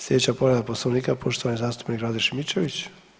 Slijedeća povreda Poslovnika poštovani zastupnik Rade Šimičević.